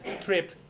trip